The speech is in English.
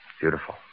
Beautiful